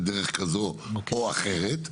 בדרך כזו או אחרת,